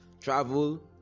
travel